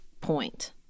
point